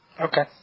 Okay